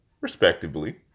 respectively